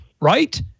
right